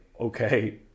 Okay